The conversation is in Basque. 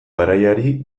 garaiari